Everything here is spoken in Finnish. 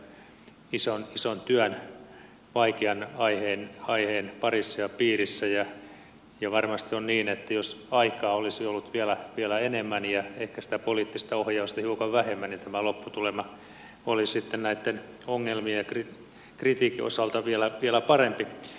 hänhän on tehnyt erittäin ison työn vaikean aiheen parissa ja piirissä ja varmasti on niin että jos aikaa olisi ollut vielä enemmän ja ehkä sitä poliittista ohjausta hiukan vähemmän niin tämä lopputulema olisi sitten näitten ongelmien ja kritiikin osalta vielä parempi